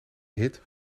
hit